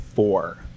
Four